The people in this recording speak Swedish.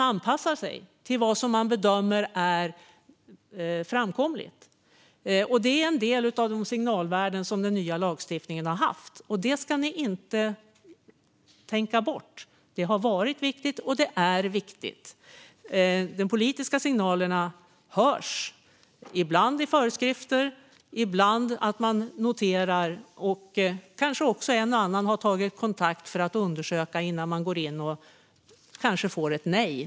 Då anpassar man sig till vad man bedömer är framkomligt. Det är en del av de signalvärden som den nya lagstiftningen har haft, och det ska ni inte tänka bort. Det har varit viktigt, och det är viktigt. De politiska signalerna hörs, ibland i föreskrifter, ibland genom att man noterar dem. Kanske har också en och annan tagit kontakt för att undersöka innan man går in och kanske får ett nej.